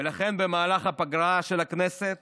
ולכן, במהלך הפגרה של הכנסת